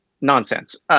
nonsense